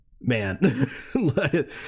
man